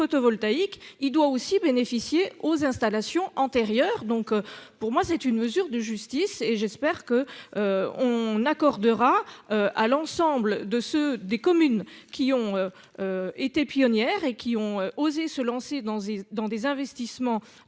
Il doit aussi bénéficier aux installations antérieurs. Donc pour moi c'est une mesure de justice et j'espère que. On accordera à l'ensemble de ceux des communes qui ont. Été pionnière et qui ont osé se lancer dans, dans des investissements